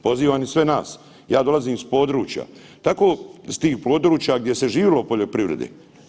Pozivam i sve nas, ja dolazim s područja tako s tih područja gdje se živjelo od poljoprivrede.